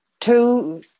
two